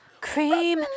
cream